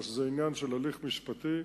כך שזה עניין של הליך משפטי